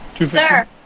sir